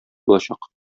булачак